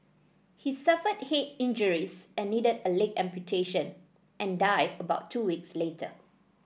he suffered head injuries and needed a leg amputation and died about two weeks later